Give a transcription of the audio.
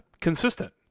consistent